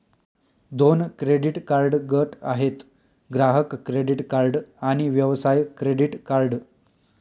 दोन credit card गट आहेत, ग्राहक क्रेडिट कार्ड आणि व्यवसाय क्रेडिट कार्ड